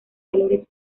valores